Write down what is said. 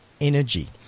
energy